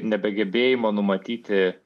nebegebėjimo numatyti